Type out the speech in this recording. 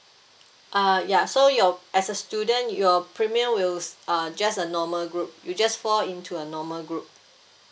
uh ya so you're as a student your premium will uh just a normal group you just fall into a normal group